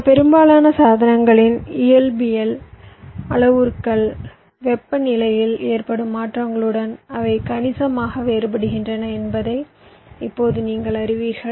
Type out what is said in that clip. இந்த பெரும்பாலான சாதனங்களின் இயற்பியல் அளவுருக்கள் வெப்பநிலையில் ஏற்படும் மாற்றங்களுடன் அவை கணிசமாக வேறுபடுகின்றன என்பதை இப்போது நீங்கள் அறிவீர்கள்